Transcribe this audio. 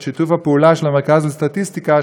את שיתוף הפעולה של המרכז לסטטיסטיקה,